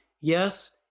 yes